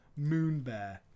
Moonbear